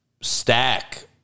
stack